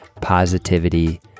positivity